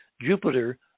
Jupiter